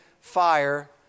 fire